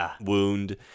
wound